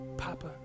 Papa